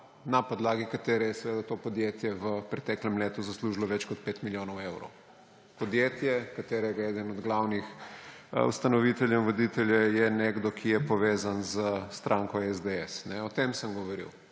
na podlagi katere je seveda to podjetje v preteklem letu zaslužilo več kot 5 milijonov evrov. Podjetje, katerega eden od glavnih ustanoviteljev in voditeljev je nekdo, ki je povezan z stranko SDS. O tem sem govoril.